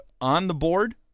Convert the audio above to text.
on-the-board